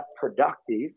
productive